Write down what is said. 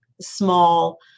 small